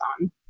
on